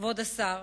כבוד השר,